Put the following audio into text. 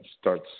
starts